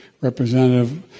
Representative